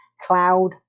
cloud